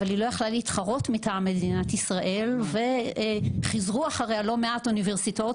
אבל היא לא יכלה להתחרות מטעם מדינת ישראל וחיזרו אחריה לא מעט אוניברסיטאות